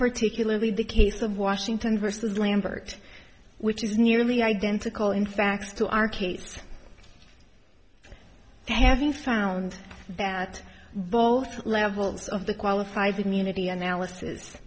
particularly the case of washington versus lambert which is nearly identical in fact to our kids having found that both levels of the qualified immunity analysis